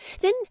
Then